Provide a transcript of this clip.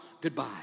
goodbye